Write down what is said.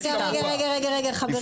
רגע, רגע, חברים.